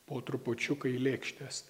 po trupučiuką į lėkštes